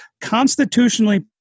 constitutionally